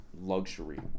luxury